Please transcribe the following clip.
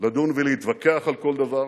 לדון ולהתווכח על כל דבר,